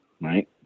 right